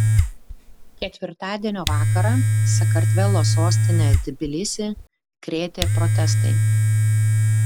ketvirtadienio vakarą sakartvelo sostinę tbilisį krėtė protestai